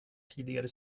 tidigare